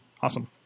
awesome